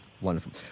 Wonderful